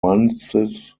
months